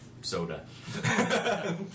soda